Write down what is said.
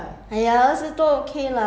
how expensive